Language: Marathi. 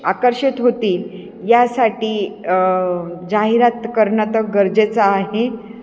आकर्षित होतील यासाठी जाहिरात करणं तर गरजेचं आहे